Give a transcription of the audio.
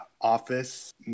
office